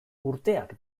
urteak